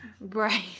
right